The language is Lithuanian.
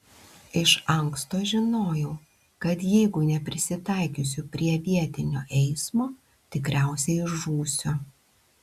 iš anksto žinojau kad jeigu neprisitaikysiu prie vietinio eismo tikriausiai žūsiu